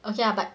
okay lah but